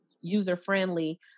user-friendly